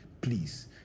please